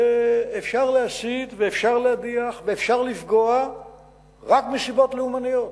שאפשר להסית ואפשר להדיח ואפשר לפגוע רק מסיבות לאומניות.